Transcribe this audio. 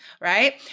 right